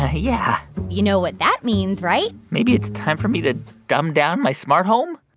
ah yeah you know what that means, right? maybe it's time for me to dumb down my smart home?